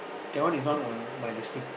that one you know or my lipstick